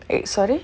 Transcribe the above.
eh sorry